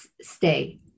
stay